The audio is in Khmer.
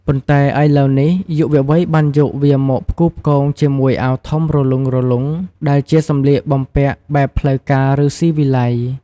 ប៉ុន្តែឥឡូវនេះ យុវវ័យបានយកវាមកផ្គូផ្គងជាមួយអាវធំរលុងៗ ដែលជាសម្លៀកបំពាក់បែបផ្លូវការ ឬស៊ីវិល័យ។